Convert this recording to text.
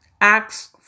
Acts